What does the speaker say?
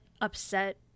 upset